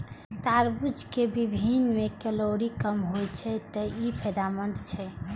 तरबूजक बीहनि मे कैलोरी कम होइ छै, तें ई फायदेमंद छै